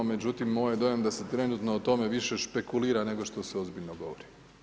Međutim, moj je dojam da se trenutno o tome više špekulira nego što se ozbiljno govori.